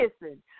listen